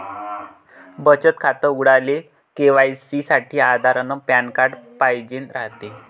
बचत खातं उघडाले के.वाय.सी साठी आधार अन पॅन कार्ड पाइजेन रायते